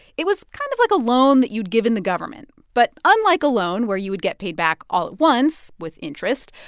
it was kind of like a loan that you'd given the government. but unlike a loan, where you would get paid back all at once with interest,